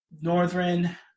northern